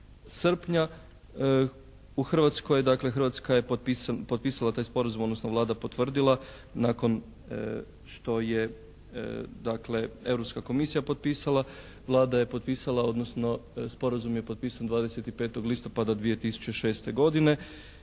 Dakle Hrvatska je potpisala taj sporazum odnosno Vlada potvrdila nakon što je dakle Europska komisija potpisala. Vlada je potpisala odnosno sporazum je potpisan 25. listopada 2006. godine